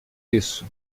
isso